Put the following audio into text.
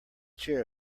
chair